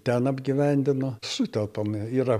ten apgyvendinu sutelpam yra